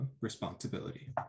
responsibility